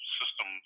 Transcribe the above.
system